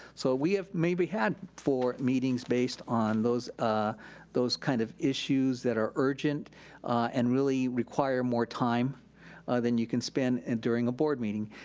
so we have maybe had four meetings based on those ah those kind of issues that are urgent and really require more time than you can spend and during a board meeting.